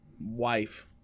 wife